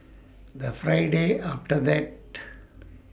The Friday after that